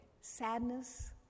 sadness